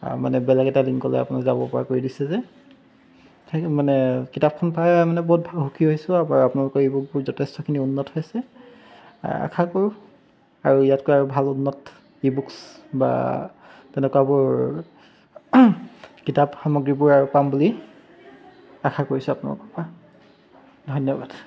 মানে বেলেগ এটা লিংকলৈ আপোনাৰ যাব পৰা কৰি দিছে যে তাকে মানে কিতাপখন পাই মানে বহুত সুখী হৈছো আৰু আপোনালোকৰ এইবোৰ যথেষ্টখিনি উন্নত হৈছে আশা কৰোঁ আৰু ইয়াতকৈ আৰু ভাল উন্নত ই বুকছ বা তেনেকুৱাবোৰ কিতাপ সামগ্ৰীবোৰ আৰু পাম বুলি আশা কৰিছো আপোনালোকৰ পৰা ধন্যবাদ